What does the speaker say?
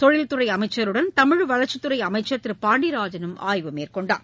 தொழில் துறைஅமைச்சருடன் தமிழ் வளர்ச்சித் துறைஅமைச்சர் திருபாண்டியராஜனும் ஆய்வு மேற்கொண்டார்